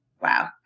wow